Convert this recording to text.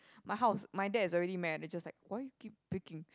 my house my dad is already mad they just like why you keep baking